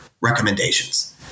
recommendations